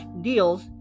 deals